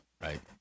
right